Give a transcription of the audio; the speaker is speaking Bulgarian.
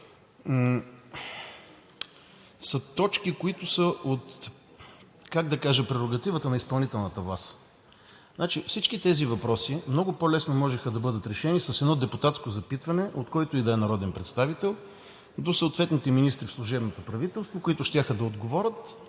са точки, които са – как да кажа – прерогатив на изпълнителната власт. Всички тези въпроси много по-лесно можеха да бъдат решени с едно депутатско запитване от който и да е народен представител до съответните министри в служебното правителство, които щяха да отговорят